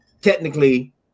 technically